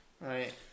Right